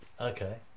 Okay